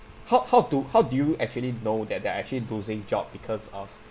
how how to how do you actually know that they are actually losing job because of